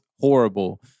horrible